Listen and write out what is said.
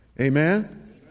Amen